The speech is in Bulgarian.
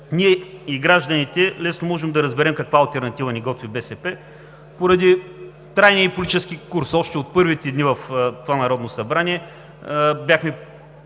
Ние и гражданите лесно можем да разберем каква алтернатива ни готви БСП, поради трайния й политически курс. Още от първите дни в това Народно събрание бяхме